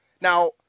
Now